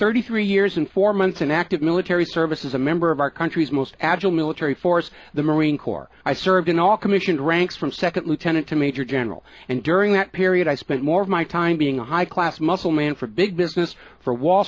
thirty three years and four months in active military service is a member of our country's most agile military force the marine corps i served in all commissioned ranks from second lieutenant to major general and during that period i spent more of my time being a high class muscle man for big business for wall